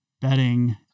betting